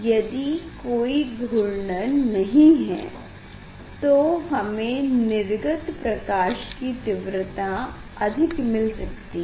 यदि कोई घर्णन नहीं है तो हमें निर्गत प्रकाश की तीव्रता अधिक मिल सकती है